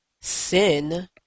sin